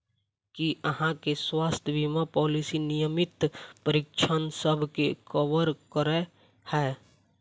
की अहाँ केँ स्वास्थ्य बीमा पॉलिसी नियमित परीक्षणसभ केँ कवर करे है?